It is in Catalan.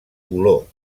color